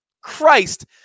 Christ